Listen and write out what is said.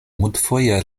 multfoje